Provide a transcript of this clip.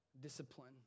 discipline